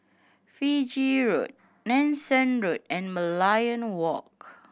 Fiji Road Nanson Road and Merlion Walk